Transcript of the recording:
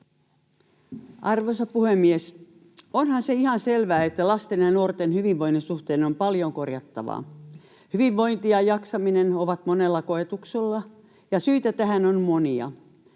Arvoisa puhemies! Onhan se ihan selvä, että lasten ja nuorten hyvinvoinnin suhteen on paljon korjattavaa. Hyvinvointi ja jaksaminen ovat monella koetuksella, ja syitä tähän on monia.